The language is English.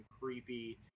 creepy